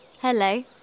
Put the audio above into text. Hello